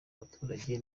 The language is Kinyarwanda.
abaturage